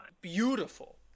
beautiful